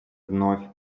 вновь